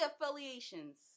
affiliations